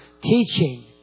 teaching